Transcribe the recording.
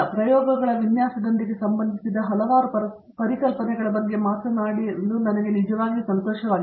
ಪ್ರಯೋಗಗಳ ವಿನ್ಯಾಸದೊಂದಿಗೆ ಸಂಬಂಧಿಸಿದ ಹಲವಾರು ಪರಿಕಲ್ಪನೆಗಳ ಬಗ್ಗೆ ಮಾತನಾಡಲು ಅದು ನಿಜವಾಗಿ ಸಂತೋಷವಾಗಿದೆ